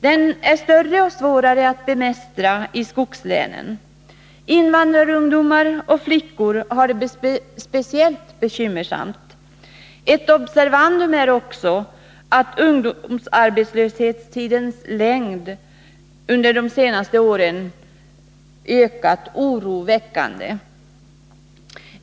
Den är större och svårare att bemästra i skogslänen. Invandrarungdomar och flickor har det speciellt bekymmersamt. Ett observandum är också att arbetslöshetstidens längd för ungdomar under de senaste åren ökat oroväckande.